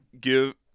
give –